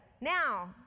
now